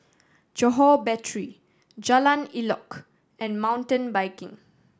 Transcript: Johore Battery Jalan Elok and Mountain Biking